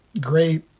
great